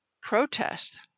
protest